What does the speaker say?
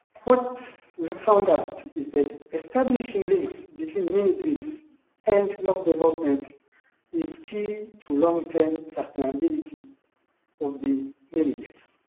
what we have found out is that establishing links between mini grids and local development is key to long-term sustainability of the mini grids.